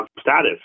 status